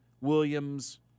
Williams